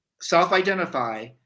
self-identify